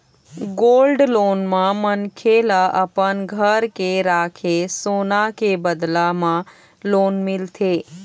gold loan म मनखे ल अपन घर के राखे सोना के बदला म लोन मिलथे